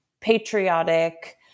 patriotic